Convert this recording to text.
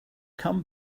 come